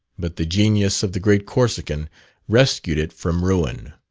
but the genius of the great corsican rescued it from ruin.